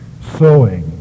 sowing